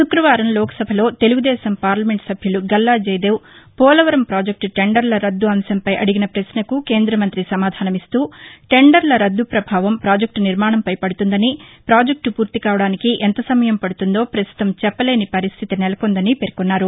శుక్రవారం లోక్ సభలో తెలుగు దేశం పార్లమెంట్ సభ్యులు గల్లా జయదేవ్ పోలవరం పాజెక్ట్ టెండర్ల రద్దు అంశంపై అడిగిన ప్రశ్నకు కేంద్ర మంతి సమాధానమిస్తూ టెండర్ల రద్దు ప్రభావం పాజెక్టు నిర్మాణంపై పడుతుందని ప్రాజెక్టు ఫూర్తి కావడానికి ఎంతసమయం పడుతుందో పస్తుతం చెప్పలేని పరిస్దితి నెలకొందని పేర్కొన్నారు